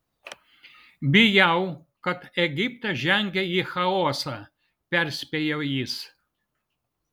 bijau kad egiptas žengia į chaosą perspėjo jis